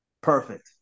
Perfect